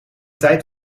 tijd